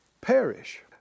perish